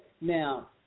Now